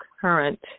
current